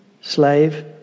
slave